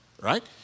Right